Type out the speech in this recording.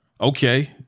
Okay